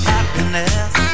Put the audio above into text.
Happiness